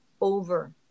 over